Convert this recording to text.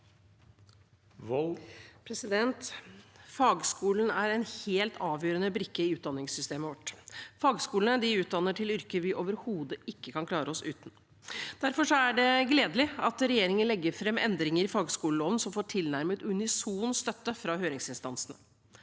Fagskolen er en helt avgjørende brikke i utdanningssystemet vårt. Fagskolene utdanner til yrker vi overhodet ikke kan klare oss uten. Derfor er det gledelig at regjeringen legger fram endringer i fagskoleloven som får tilnærmet unison støtte fra høringsinstansene.